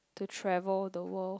to travel the world